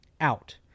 out